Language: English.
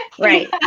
right